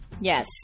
yes